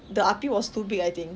the api was too big I think